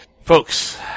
Folks